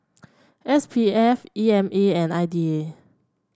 S P F E M A and I D A